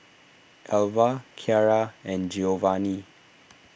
Elva Kyara and Giovani